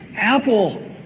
Apple